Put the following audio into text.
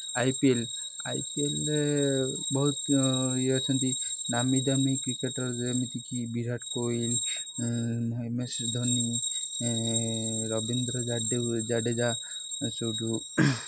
I P L ଆଇପିଏଲ୍ରେ ବହୁତ ଇଏ ଅଛନ୍ତି ନାମିଦାମୀ କ୍ରିକେଟର୍ ଯେମିତିକି ବିରାଟ କୋହଲି ଏମ୍ ଏସ୍ ଧୋନି ରବୀନ୍ଦ୍ର ଜାଡ଼େଜା ସେଇଠୁ